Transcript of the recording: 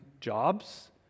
jobs